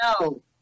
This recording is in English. No